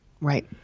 Right